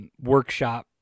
workshop